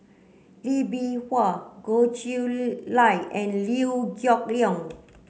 Lee Bee Wah Goh Chiew Lye and Liew Geok Leong